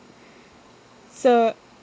so